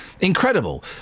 Incredible